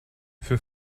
für